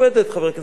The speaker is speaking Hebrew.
חבר הכנסת גילאון,